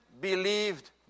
Believed